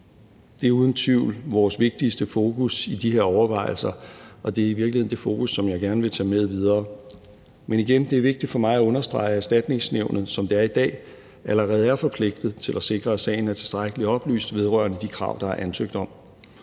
Det er uden tvivl vores vigtigste fokus i de her overvejelser, og det er i virkeligheden det fokus, jeg gerne vil tage med videre. Men igen er det vigtigt for mig at understrege, at Erstatningsnævnet, som det er i dag, allerede er forpligtet til at sikre, at sagen er tilstrækkeligt oplyst vedrørende de krav, der er ansøgt om.